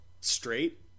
straight